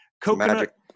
Coconut